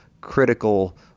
critical